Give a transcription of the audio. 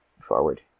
forward